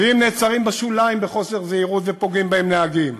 ואם נעצרים בשוליים בחוסר זהירות פוגעים בהם נהגים.